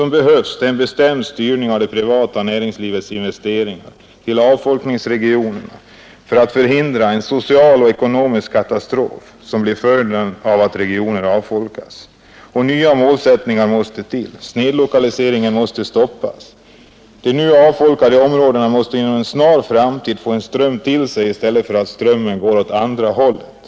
Det behövs en bestämd styrning av det privata näringslivets investeringar till avfolkningsregionerna för att förhindra den sociala och ekonomiska katastrof som blir följden av att regioner avfolkas. Nya målsättningar måste till. Snedlokaliseringen måste stoppas. De nu avfolkade områdena måste inom en snar framtid få en ström till sig i stället för att strömmen som nu går åt andra hållet.